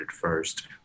first